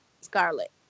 Scarlet